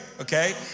okay